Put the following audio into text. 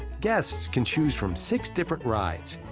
guests can choose from six different rides.